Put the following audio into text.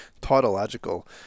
tautological